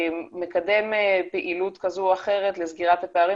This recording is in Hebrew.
מקדם פעילות כזו או אחרת לסגירת פערים